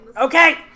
okay